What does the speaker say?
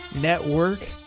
network